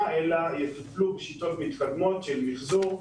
אלא יטופלו בשיטות מתקדמות של מחזור.